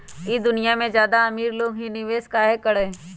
ई दुनिया में ज्यादा अमीर लोग ही निवेस काहे करई?